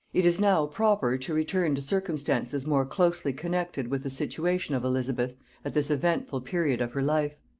it is now proper to return to circumstances more closely connected with the situation of elizabeth at this eventful period of her life.